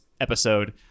episode